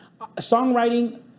songwriting